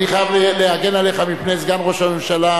אני חייב להגן עליך מפני סגן ראש הממשלה,